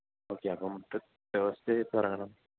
okay അപ്പം Thursday എപ്പോള് ഇറങ്ങണം